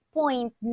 point